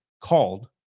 called